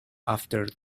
after